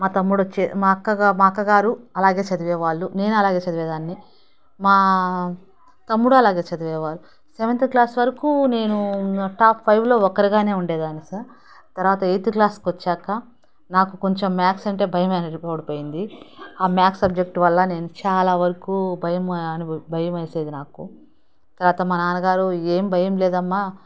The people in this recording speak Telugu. మా తమ్ముడు వచ్చే మా అక్కగా మా అక్కగారు అలాగే చదివేవాళ్ళు నేను అలాగే చదివేదాన్ని మా తమ్ముడు అలాగే చదివేవారు సెవెంత్ క్లాస్ వరకు నేను టాప్ ఫైవ్లో ఒక్కరిగానే ఉండేదాన్ని సార్ తర్వాత ఎయిత్ క్లాస్కి వచ్చాక నాకు కొంచెం మ్యాథ్స్ అంటే భయం అనేది ఏర్పడిపోయింది ఆ మ్యాథ్స్ సబ్జెక్టు వల్ల నేను చాలా వరకు భయం అనుభవించ భయం వేసేది నాకు తర్వాత మా నాన్నగారు ఏం భయం లేదమ్మా